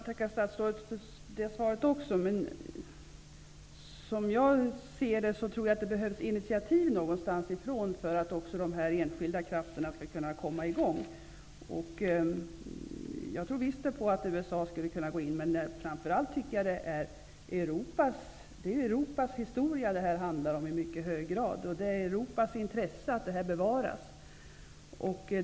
Herr talman! Jag tackar statsrådet för det svaret. Som jag ser det behövs det initiativ från någon för att de enskilda krafterna skall kunna komma i gång. Jag tror visst på att USA skulle kunna gå in. Men det är framför allt Europas historia det här handlar om i mycket hög grad. Det är i Europas intresse att museet bevaras.